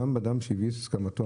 גם אדם שהביא את הסכמתו,